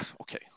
okay